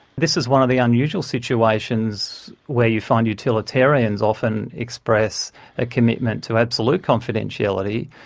this is one of the unusual situations where you find utilitarians often express a commitment to absolute confidentiality.